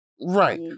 Right